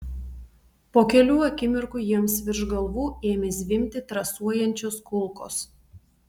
po kelių akimirkų jiems virš galvų ėmė zvimbti trasuojančios kulkos